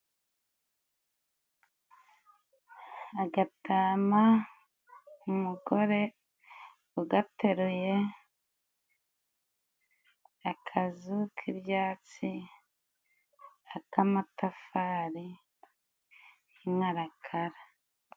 Agatama, umugore ugateruye akazu k'ibyatsi k'amatafari y'inkarakara.